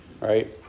right